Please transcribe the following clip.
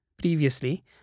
previously